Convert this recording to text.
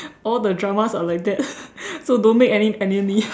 all the dramas are like that so don't make any enemy